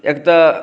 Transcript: एक तऽ